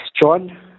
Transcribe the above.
John